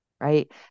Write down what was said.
right